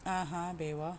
(uh huh) dewa